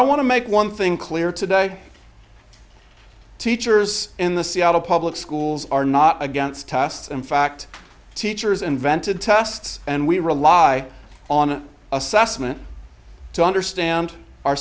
i want to make one thing clear today teachers in the seattle public schools are not against tests in fact teachers invented tests and we rely on assessment to understand our